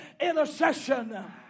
intercession